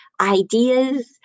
ideas